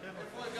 חבר הכנסת